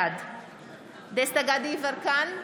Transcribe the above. בעד דסטה גדי יברקן,